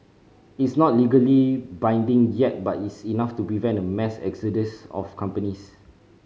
it's not legally binding yet but it's enough to prevent a mass exodus of companies